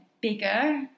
bigger